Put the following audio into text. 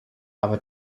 aber